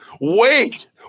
wait